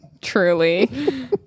truly